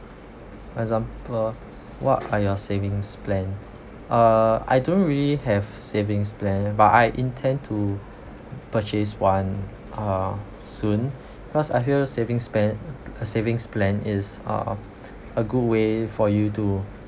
for example what are your savings plan err I don't really have savings plan but I intend to purchase one uh soon cause I hear savings plan err savings plan is err a good way for you to